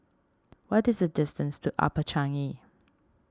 what is the distance to Upper Changi